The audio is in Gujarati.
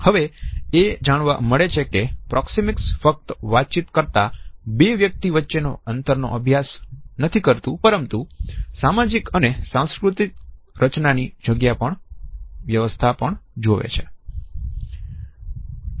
હવે એ જાણવા મળે છે કે પ્રોક્ષિમેક્ક્ષ ફક્ત વાતચીત કરતા બે વ્યક્તિ વચ્ચેનો અંતર નો અભ્યાસ નથી કરતું પરંતુ સામાજિક અને સાંસ્કૃતિક રચનાની જગ્યાની વ્યવસ્થા પણ જોવે છે